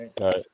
right